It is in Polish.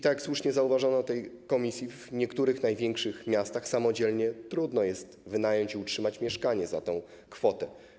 Tak jak słusznie zauważono w tej komisji, w niektórych największych miastach samodzielnie trudno jest wynająć i utrzymać mieszkanie za tę kwotę.